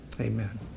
Amen